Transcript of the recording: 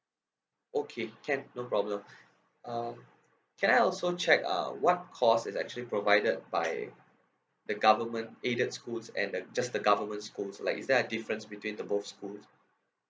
okay can no problem uh can I also check uh what course is actually provided by the government aided schools and the just the government schools like is there a difference between the both schools